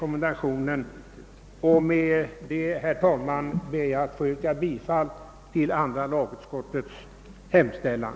Med detta ber jag, herr talman, att få yrka bifall till utskottets hemställan.